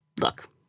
look